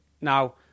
Now